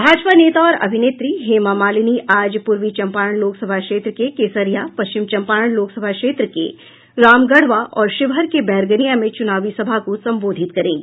भाजपा नेता और अभिनेत्री हेमा मालिनी आज पूर्वी चंपारण लोकसभा क्षेत्र के केसरिया पश्चिम चंपारण लोकसभा क्षेत्र के रामगढ़वा और शिवहर के बैरगनिया में चूनावी सभा को संबोधित करेंगी